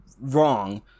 wrong